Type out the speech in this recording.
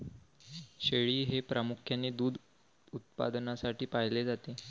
शेळी हे प्रामुख्याने दूध उत्पादनासाठी पाळले जाते